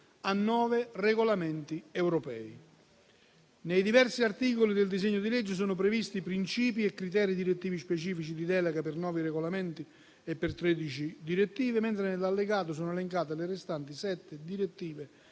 a nove regolamenti europei. Nei diversi articoli del disegno di legge sono previsti principi e criteri direttivi specifici di delega per nove regolamenti e per tredici direttive, mentre nell'allegato sono elencate le restanti sette direttive